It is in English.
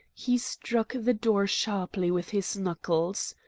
he struck the door sharply with his knuckles.